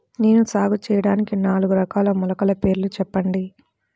నేను సాగు చేయటానికి నాలుగు రకాల మొలకల పేర్లు చెప్పండి?